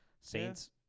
Saints